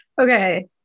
Okay